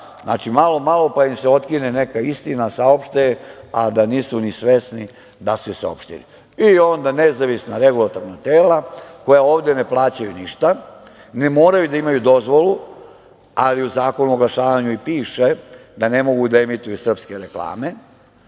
tamo. Znači, malo-malo pa im se otkine neka istina, saopšte je, a da nisu ni svesni da su je saopštili. I onda nezavisna regulatorna tela koja ovde ne plaćaju ništa, ne moraju da imaju dozvolu, ali u Zakonu o oglašavanju i piše da ne mogu da emituju srpske reklame,